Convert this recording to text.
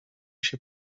się